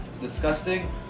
disgusting